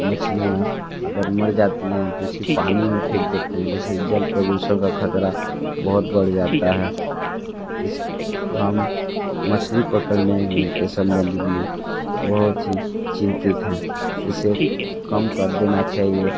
मछलियाँ अगर मर जाती हैं तो उसी पानी में फेंक देते हैं जिससे जल प्रदूषण का खतरा बहुत बढ़ जाता है इस हम मछली पकड़ने हुए के सम्बंधित में बहुत ही चिंतित हैं इसे कम कर देना चाहिए